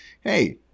hey